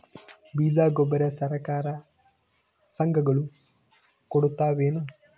ಬೀಜ ಗೊಬ್ಬರ ಸರಕಾರ, ಸಂಘ ಗಳು ಕೊಡುತಾವೇನು?